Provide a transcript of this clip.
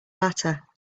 latter